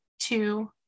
two